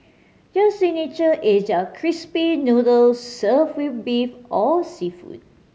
their signature is their crispy noodles served with beef or seafood